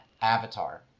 avatar